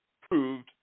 proved